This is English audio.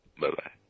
Bye-bye